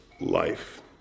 life